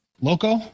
Loco